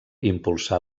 impulsà